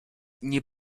nie